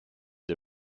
the